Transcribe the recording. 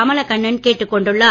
கமலக்கண்ணன் கேட்டுக் கொண்டுள்ளார்